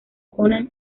conan